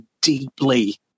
deeply